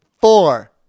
four